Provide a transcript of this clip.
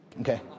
okay